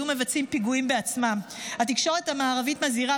היו מבצעים פיגועים בעצמם: "התקשורת המערבית מזהירה